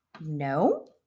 No